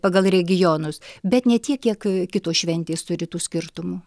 pagal regionus bet ne tiek kiek kitos šventės turi tų skirtumų